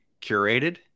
curated